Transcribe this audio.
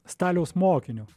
staliaus mokiniu